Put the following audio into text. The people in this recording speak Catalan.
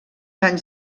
anys